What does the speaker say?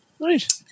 Right